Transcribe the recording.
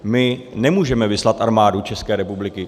My nemůžeme vyslat Armádu České republiky.